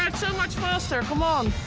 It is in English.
and so much faster, come um